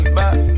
back